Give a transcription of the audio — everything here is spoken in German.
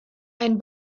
ein